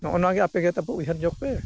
ᱱᱚᱜᱼᱚ ᱱᱚᱣᱟ ᱜᱮ ᱟᱯᱮ ᱜᱮ ᱛᱟᱵᱚ ᱩᱭᱦᱟᱹᱨ ᱧᱚᱜ ᱯᱮ